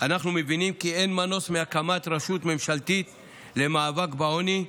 אנחנו מבינים כי אין מנוס מהקמת רשות ממשלתית למאבק בעוני,